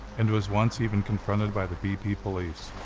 and was once even confronted by the bp police.